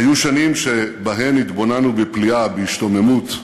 היו שנים שבהן התבוננו בפליאה, בהשתוממות,